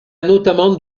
notamment